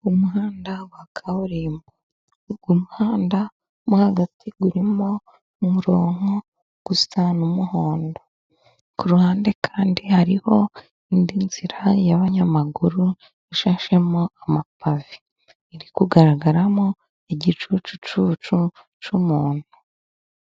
Umuhanda wa kaburimbo, uyu muhanda mo hagati urimo umurongo usa n'umuhondo, ku ruhande kandi hariho indi nzira y'abanyamaguru ishashemo amapave, iri kugaragaramo igicucucucu cy'umuntu.